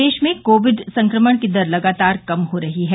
प्रदेश में कोविड़ संक्रमण की दर लगातार कम हो रही है